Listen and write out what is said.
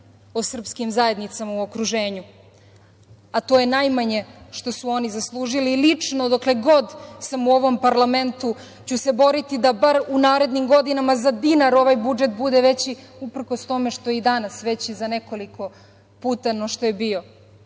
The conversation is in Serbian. o srpskim zajednicama u okruženju, a to je najmanje što su oni zaslužili. Lično dokle god sam u ovom parlamentu ću se boriti da bar u narednim godinama za dinar ovaj budžet bude veći, uprkos tome što je i danas veći za nekoliko puta no što je bio